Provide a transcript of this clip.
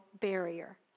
barrier